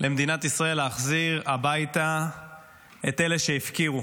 למדינת ישראל להחזיר הביתה את אלה שהפקירו,